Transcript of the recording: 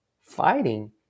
fighting